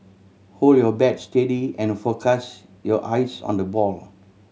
hold your bat steady and focus your eyes on the ball